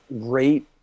great